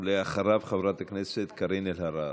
ואחריו, חברת הכנסת קארין אלהרר.